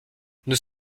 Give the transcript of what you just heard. nous